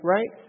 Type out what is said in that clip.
Right